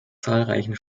zahlreichen